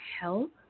help